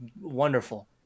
wonderful